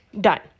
done